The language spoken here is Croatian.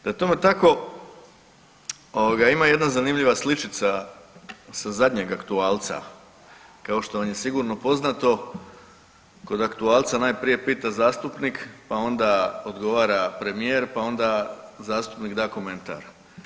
Da je tome tako ovoga ima jedna zanimljiva sličica sa zadnjeg aktualca, kao što vam je sigurno poznato kod aktualca najprije pita zastupnik pa onda odgovara premijer pa onda zastupnik da komentar.